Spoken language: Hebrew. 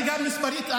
אני אענה לך גם מספרית.